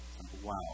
Wow